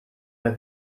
mehr